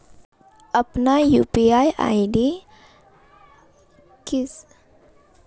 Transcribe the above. अपना UPI ID कैसे प्राप्त करें?